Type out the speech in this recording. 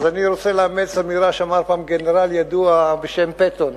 אני רוצה לאמץ אמירה שאמר פעם גנרל ידוע בשם פטון.